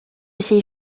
ses